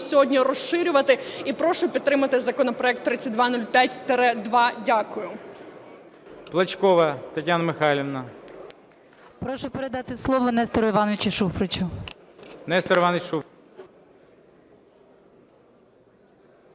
сьогодні розширювати і прошу підтримати законопроект 3205-2. Дякую.